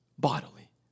Bodily